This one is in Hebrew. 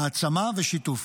העצמה ושיתוף.